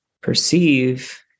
perceive